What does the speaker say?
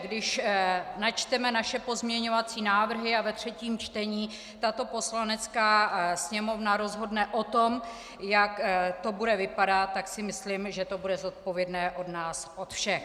Když načteme naše pozměňovací návrhy a ve třetím čtení tato Poslanecká sněmovna rozhodne o tom, jak to bude vypadat, tak si myslím, že to bude zodpovědné od nás od všech.